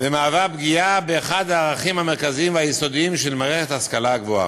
ומהווה פגיעה באחד הערכים המרכזיים והיסודיים של מערכת ההשכלה הגבוהה.